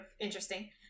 interesting